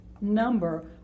number